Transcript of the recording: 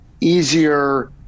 easier